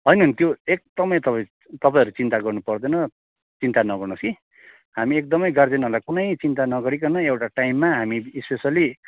होइन नि त्यो एकदमै तपाईँ तपाईँहरू चिन्ता गर्नु पर्दैन चिन्ता नगर्नुस् कि हामी एकदमै गार्जेनहरूलाई कुनै चिन्ता नगरिकन एउटा टाइममा हामी स्पेसल्ली